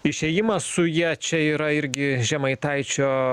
išėjimas su ja čia yra irgi žemaitaičio